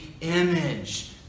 image